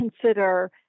consider